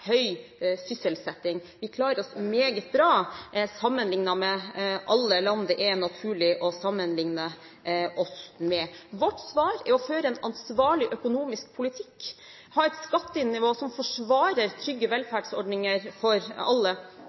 høy sysselsetting. Vi klarer oss meget bra sammenliknet med alle land det er naturlig å sammenlikne oss med. Vårt svar er å føre en ansvarlig økonomisk politikk og ha et skattenivå som forsvarer trygge velferdsordninger for alle.